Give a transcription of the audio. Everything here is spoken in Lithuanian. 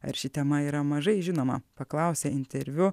ar ši tema yra mažai žinoma paklausė interviu